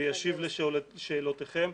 וישיב לשאלותיכם,